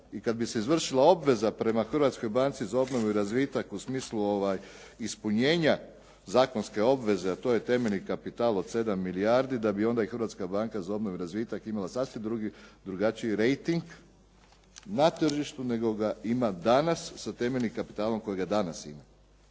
i kad bi se izvršila obveza prema Hrvatskoj banci za obnovu i razvitak u smislu ispunjenja zakonske obveze, a to je temeljni kapital od 7 milijardi, da bi onda i Hrvatska banka za obnovu i razvitak imala sasvim drugačiji rejting na tržištu nego ga ima danas sa temeljnim kapitalom kojega danas ima.